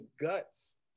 guts